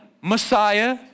Messiah